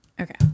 Okay